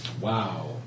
Wow